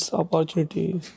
opportunities